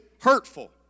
hurtful